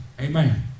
Amen